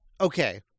okay